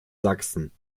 sachsen